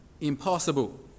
impossible